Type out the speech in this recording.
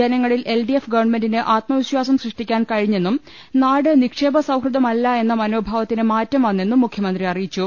ജനങ്ങളിൽ L D F ഗവൺമെന്റിന് ആത്മവിശ്വാസം സൃഷ്ടിക്കാൻ കഴി ഞ്ഞെന്നും നാട്ട് നിക്ഷേപ സൌഹൃദമല്ല എന്ന മനോഭാവത്തിന് മാറ്റം വന്നെന്നും മുഖ്യമന്ത്രി അറിയിച്ചു